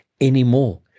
anymore